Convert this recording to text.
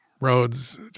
roads